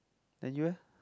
then you eh